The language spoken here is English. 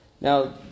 Now